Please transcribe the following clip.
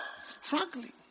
Struggling